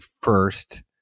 first